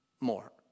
More